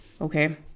okay